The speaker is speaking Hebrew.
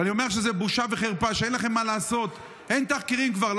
ואני אומר שזאת בושה וחרפה, שאין לכם מה לעשות.